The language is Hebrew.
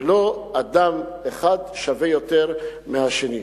ולא שאדם אחד שווה יותר מהשני.